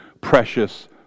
precious